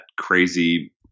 crazy